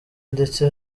ndetse